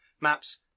maps